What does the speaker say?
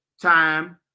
time